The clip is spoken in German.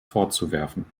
vorzuwerfen